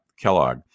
Kellogg